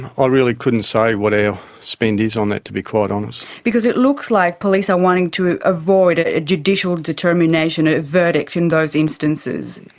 ah really couldn't say what our ah spend is on that, to be quite honest. because it looks like police are wanting to avoid a judicial determination of verdict in those instances.